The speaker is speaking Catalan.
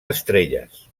estrelles